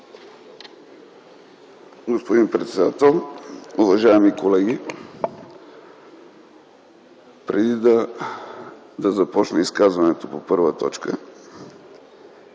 Господин председател, уважаеми колеги! Преди да започна изказването по първа точка,